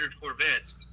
Corvettes